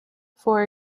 for